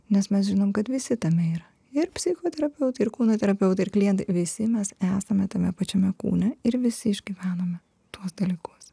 nes mes žinom kad visi tame yra ir psichoterapeutai ir kūno terapeutai ir klientai visi mes esame tame pačiame kūne ir visi išgyvename tuos dalykus